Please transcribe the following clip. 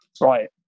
right